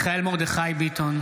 בעד מיכאל מרדכי ביטון,